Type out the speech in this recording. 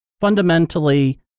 fundamentally